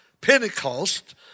Pentecost